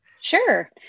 Sure